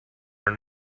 are